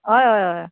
हय हय हय